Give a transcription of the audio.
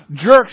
jerks